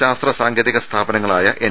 ശാസ്ത്രസാങ്കേതിക സ്ഥാപനങ്ങളായ എൻ